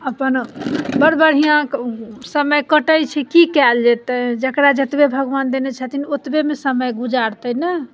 अपन बड़ बढ़िआँ समय कटैत छी की कयल जेतैक जेकरा जतबे भगवान देने छथिन ओतबेमे समय गुजरातै ने